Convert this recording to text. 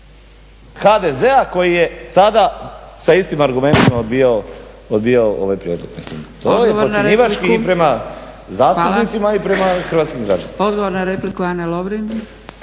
HDZ-a koji je tada sa istim argumentima odbijao ovaj prijedlog. Mislim to je podcjenjivački i prema zastupnicima i prema hrvatskim građanima. **Zgrebec,